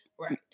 Right